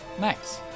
Nice